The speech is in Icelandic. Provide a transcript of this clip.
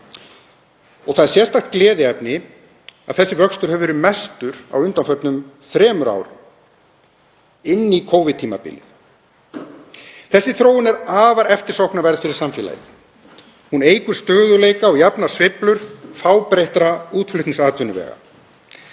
Það er sérstakt gleðiefni að þessi vöxtur hefur verið mestur á undanförnum þremur árum, á Covid-tímabili. Þessi þróun er afar eftirsóknarverð fyrir samfélagið. Hún eykur stöðugleika og jafnar sveiflur fábreyttra útflutningsatvinnuvega.